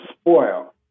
spoil